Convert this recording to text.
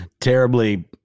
terribly